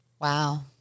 Wow